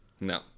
No